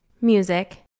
Music